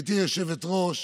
גברתי היושבת-ראש,